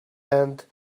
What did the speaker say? and